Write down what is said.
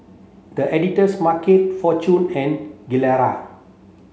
The Editor's Market Fortune and Gilera